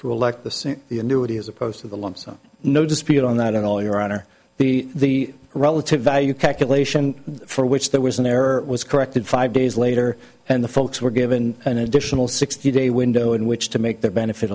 to elect the same the annuity as opposed to the lump sum no dispute on that at all your honor the relative value calculation for which there was an error was corrected five days later and the folks were given an additional sixty day window in which to make that benefit